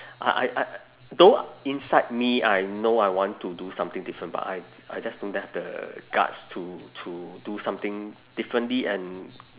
I I I though inside me I know I want to do something different but I I just don't have the guts to to do something differently and